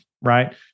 Right